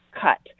cut